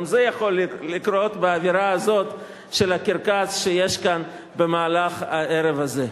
גם זה יכול לקרות באווירה הזאת של הקרקס שיש כאן במהלך הערב הזה.